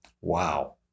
Wow